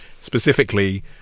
specifically